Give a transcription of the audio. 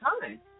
time